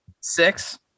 Six